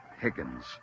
Higgins